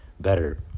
better